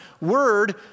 word